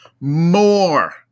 more